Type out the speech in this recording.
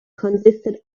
consisted